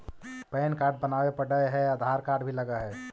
Pan card बनावे पडय है आधार कार्ड भी लगहै?